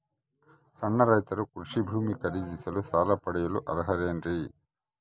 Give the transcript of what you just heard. ಸಣ್ಣ ರೈತರು ಕೃಷಿ ಭೂಮಿ ಖರೇದಿಸಲು ಸಾಲ ಪಡೆಯಲು ಅರ್ಹರೇನ್ರಿ?